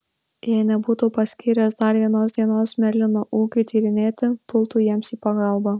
jei nebūtų paskyręs dar vienos dienos merlino ūkiui tyrinėti pultų jiems į pagalbą